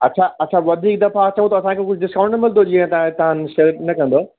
अछा अछा वधीक दफ़ा अचऊं त असांखे कुझु डिस्काउंट मिलंदो जीअं त तव्हां शेयर न कंदव